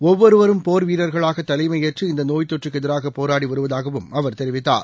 ஒவ்வொருவரும் போர் வீரர்களாகதலைமையேற்று இந்தநோய் தொற்றுக்குஎதிராகபோராடிவருவதாகவும் அவர் தெரிவித்தார்